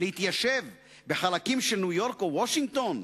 להתיישב בחלקים של ניו-יורק או וושינגטון?